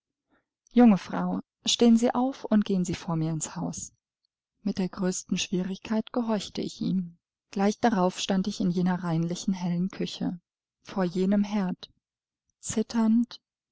junge frau stehen sie auf und gehen sie vor mir ins haus mit der größten schwierigkeit gehorchte ich ihm gleich darauf stand ich in jener reinlichen hellen küche vor jenem herd zitternd